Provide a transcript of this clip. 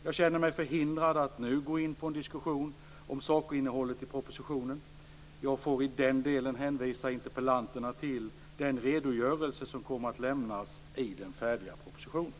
Jag känner mig förhindrad att nu gå in på en diskussion om sakinnehållet i propositionen. Jag får i den delen hänvisa interpellanterna till den redogörelse som kommer att lämnas i den färdiga propositionen.